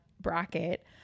bracket